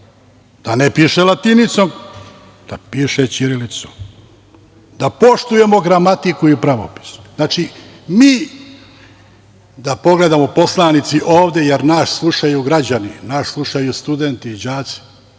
da ne piše latinicom, da piše ćirilicom, da poštujemo gramatiku i pravopis. Znači, mi poslanici da pogledamo ovde, jer nas slušaju građani, nas slušaju studenti i đaci